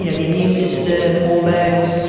you know the immune system, hormones,